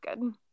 good